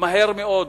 מהר מאוד,